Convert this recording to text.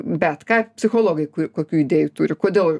bet ką psichologai ko kokių idėjų turi kodėl